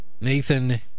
Nathan